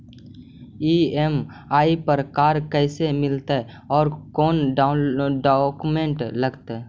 EMI पर car कैसे मिलतै औ कोन डाउकमेंट लगतै?